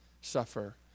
suffer